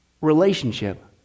relationship